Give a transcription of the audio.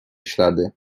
ślady